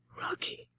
Rocky